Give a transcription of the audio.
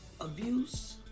abuse